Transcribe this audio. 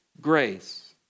grace